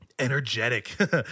energetic